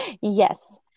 Yes